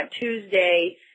Tuesday